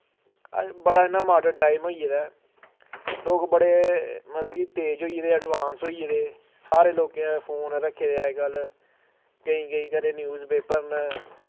बड़ा इ'यां modern time होई गेदा ऐ लोक बड़े मतलब कि तेज होई गेदे एडवांस होई गेदे सारे लोकें फोन रक्खे दे अज्जकल केईं केईं घरें न्यूजपेपर न